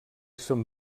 són